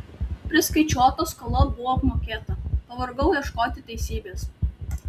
priskaičiuota skola buvo apmokėta pavargau ieškoti teisybės